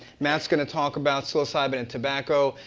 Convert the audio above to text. matt's gonna talk about psilocybin and tobacco.